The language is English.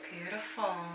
Beautiful